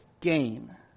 gain